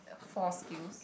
four skills